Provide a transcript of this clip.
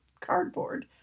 cardboard